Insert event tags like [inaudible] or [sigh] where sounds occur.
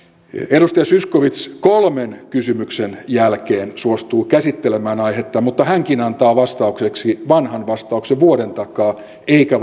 edustaja zyskowicz kolmen kysymyksen jälkeen suostuu käsittelemään aihetta mutta hänkin antaa vastaukseksi vanhan vastauksen vuoden takaa eikä [unintelligible]